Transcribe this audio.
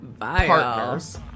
partners